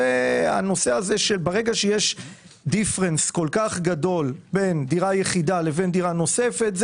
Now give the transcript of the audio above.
הנושא הזה שברגע שיש הבדל כל-כך גדול בין דירה יחידה לבין דירה נוספת,